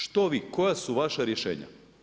Što vi, koja su vaša rješenja?